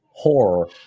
horror